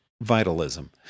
vitalism